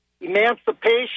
emancipation